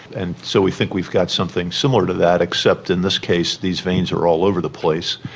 and so we think we've got something similar to that, except in this case these veins are all over the place.